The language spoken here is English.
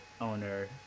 owner